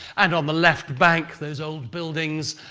and on the left bank, there's old buildings,